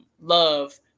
love